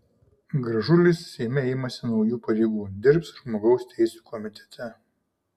gražulis seime imasi naujų pareigų dirbs žmogaus teisių komitete